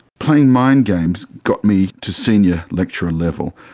playing mind games got me to senior lecturer level.